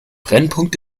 brennpunkt